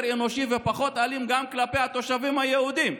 אנושי ופחות אלים גם כלפי התושבים היהודים,